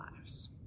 lives